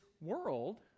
world